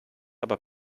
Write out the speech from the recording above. aber